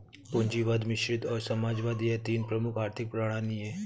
पूंजीवाद मिश्रित और समाजवाद यह तीन प्रमुख आर्थिक प्रणाली है